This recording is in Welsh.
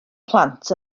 plant